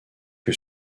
que